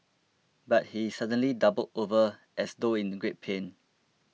but he suddenly doubled over as though in great pain